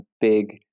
big